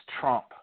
Trump